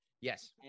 Yes